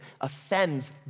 offends